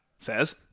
Says